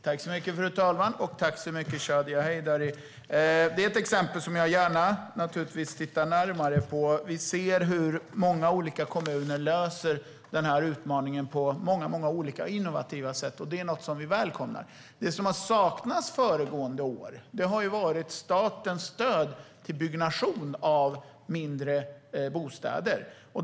Fru talman! Det är ett exempel som jag naturligtvis gärna tittar närmare på. Vi ser hur många olika kommuner löser utmaningen på olika innovativa sätt. Det är något som vi välkomnar. Det som har saknats föregående år har varit statens stöd till byggnation av mindre bostäder.